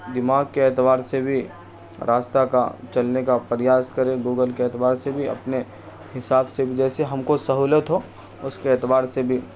دماغ کے اعتبار سے بھی راستہ کا چلنے کا پریاس کریں گوگل کے اعتبار سے بھی اپنے حساب سے بھی جیسے ہم کو سہولت ہو اس کے اعتبار سے بھی